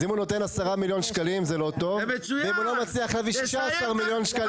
ואל תסביר לי על קק"ל, מה אנחנו תלויים בקק"ל?